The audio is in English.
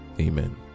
Amen